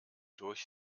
durch